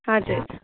हजुर